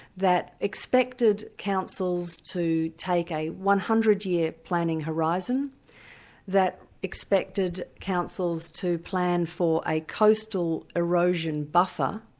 that expected councils to take a one hundred year planning horizon that expected councils to plan for a coastal erosion buffer,